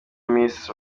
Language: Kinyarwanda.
miss